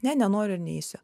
ne nenoriu ir neisiu